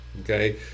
Okay